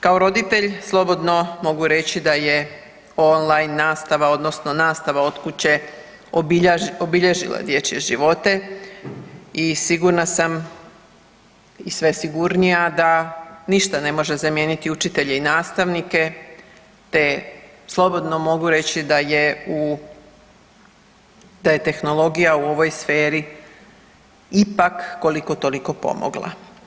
Kao roditelj slobodno mogu reći da je online nastava odnosno nastava od kuće obilježila dječje živote i sigurna sam i sve sigurnija da ništa ne može zamijeniti učitelje i nastavnike te mogu slobodno mogu reći da je tehnologija u ovoj sferi ipak koliko toliko pomogla.